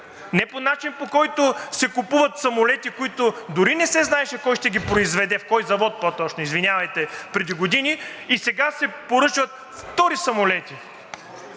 не по начин, по който се купуват самолети, които дори не се знаеше кой ще ги произведе – в кой завод по-точно, извинявайте – преди години, и сега се поръчват втори самолети.